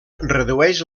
redueix